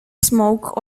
smoke